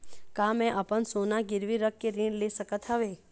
का मैं अपन सोना गिरवी रख के ऋण ले सकत हावे?